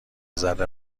ذره